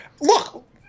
Look